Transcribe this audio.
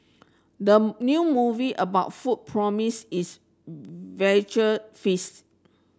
the new movie about food promise is visual feasts